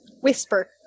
Whisper